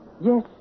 Yes